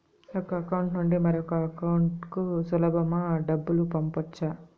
ఒక అకౌంట్ నుండి మరొక అకౌంట్ కు సులభమా డబ్బులు పంపొచ్చా